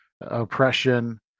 oppression